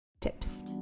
tips